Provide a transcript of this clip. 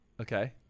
Okay